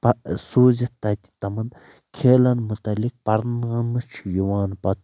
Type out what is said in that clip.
سوٗزتھ تتہِ تِمن کھیلن متعلق پرناونہٕ چھُ یِوان پتہٕ چھِ